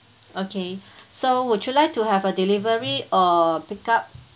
okay so would you like to have a delivery or pick up